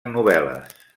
novel·les